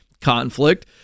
Conflict